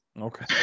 Okay